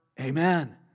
Amen